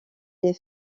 des